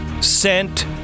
sent